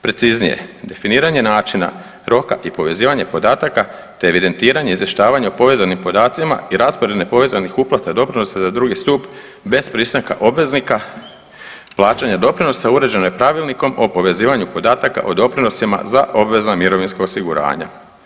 Preciznije, definiranje načina roka i povezivanje podataka, te evidentiranje i izvještavanje o povezanim podacima i raspored nepovezanih uplata doprinosa za drugi stup bez pristanka obveznika plaćanja doprinosa uređeno je Pravilnikom o povezivanju podataka o doprinosima za obvezna mirovinska osiguranja.